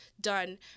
done